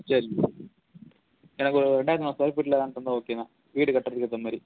சரி எனக்கு ஒரு ரெண்டாயிரத்து நானூறு ஸ்கொயர் ஃபீட்டில லேண்ட் இருந்தால் ஓகே தான் வீடு கட்டுறதுக்கு ஏத்தமாரி